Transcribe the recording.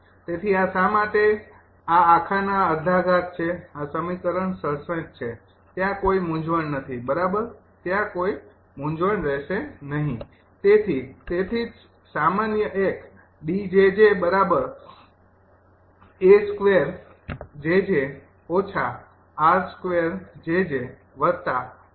તેથી આ શા માટે આ આખા ના અર્ધા ઘાત છે આ સમીકરણ ૬૭ છે ત્યાં કોઈ મૂંઝવણ નથી બરાબર ત્યાં કોઈ મૂંઝવણ રહેશે નહીં